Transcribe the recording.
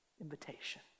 invitation